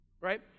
right